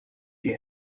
see